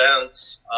events